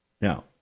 Now